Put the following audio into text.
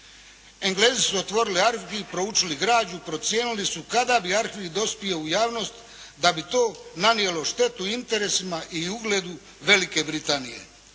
Englezi su otvorili arhiv i proučili građu. Procijenili su kada bi arhiv dospio u javnost da bi to nanijelo štetu interesima i ugledu Velike Britanije.